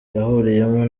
yahuriyemo